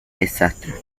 desastre